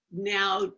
now